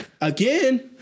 Again